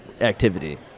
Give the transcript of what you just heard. activity